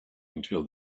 until